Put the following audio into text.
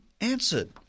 answered